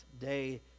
day